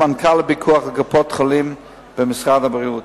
סמנכ"ל לפיקוח על קופות-החולים במשרד הבריאות.